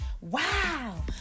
Wow